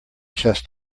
chess